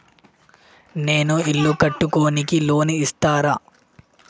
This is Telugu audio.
నేను ఇల్లు కట్టుకోనికి లోన్ ఇస్తరా?